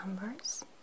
numbers